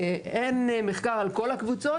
אין מחקר על כל הקבוצות.